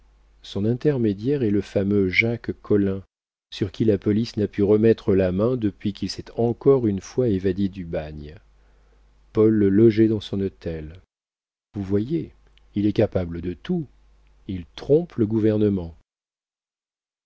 son intermédiaire est le fameux jacques collin sur qui la police n'a pu remettre la main depuis qu'il s'est encore une fois évadé du bagne paul le logeait dans son hôtel vous voyez il est capable de tout il trompe le gouvernement